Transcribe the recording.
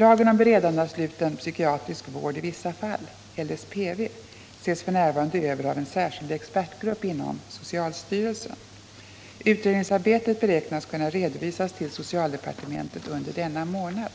Lagen om beredande av sluten psykiatrisk vård i vissa fall ses f.n. över av en särskild expertgrupp inom socialstyrelsen. Utredningsarbetet beräknas kunna redovisas till socialdepartementet under denna månad.